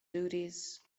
duties